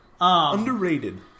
Underrated